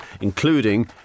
including